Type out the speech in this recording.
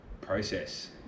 process